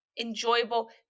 enjoyable